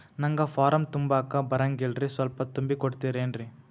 ನಂಗ ಫಾರಂ ತುಂಬಾಕ ಬರಂಗಿಲ್ರಿ ಸ್ವಲ್ಪ ತುಂಬಿ ಕೊಡ್ತಿರೇನ್ರಿ?